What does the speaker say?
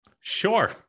Sure